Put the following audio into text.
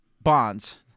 bonds